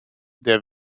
der